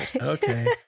Okay